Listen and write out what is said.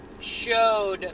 showed